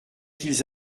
qu’ils